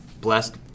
blessed